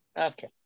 Okay